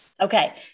Okay